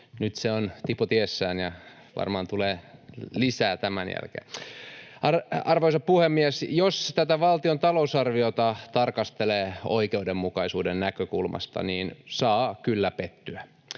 nyt se on tipotiessään ja varmaan tulee lisää tämän jälkeen. Arvoisa puhemies! Jos tätä valtion talousarviota tarkastelee oikeudenmukaisuuden näkökulmasta, niin saa kyllä pettyä.